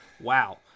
wow